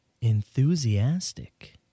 Enthusiastic